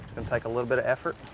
and take a little bit of effort.